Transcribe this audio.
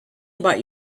about